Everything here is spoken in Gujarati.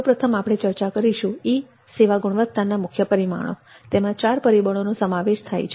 સૌપ્રથમ આપણે ચર્ચા કરીશું ઈ સેવા ગુણવત્તાના મુખ્ય પરિમાણો તેમાં ચાર પરિબળોનો સમાવેશ થાય છે